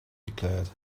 declared